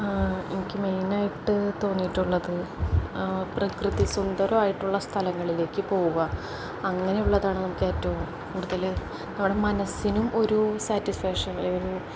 എനിക്ക് മെയിനായിട്ട് തോന്നിയിട്ടുള്ളത് പ്രകൃതിസുന്ദരമായിട്ടുള്ള സ്ഥലങ്ങളിലേക്ക് പോവുക അങ്ങനെയുള്ളതാണ് നമുക്ക് ഏറ്റവും കൂടുതല് നമ്മുടെ മനസ്സിനും ഒരു സാറ്റിസ്ഫാക്ഷൻ അല്ലെങ്കിലൊരു